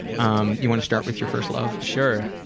um you wanna start with your first love? sure.